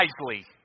wisely